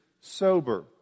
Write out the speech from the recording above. sober